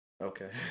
Okay